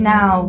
Now